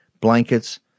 blankets